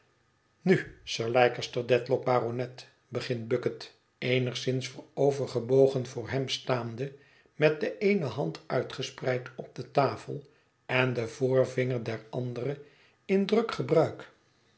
nu sir leicester dedlock baronet begint bucket eenigszins voorovergebogen voor hem staande met de eene hand uitgespreid op de tafel en den voorvinger der andere in druk gebruik